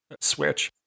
Switch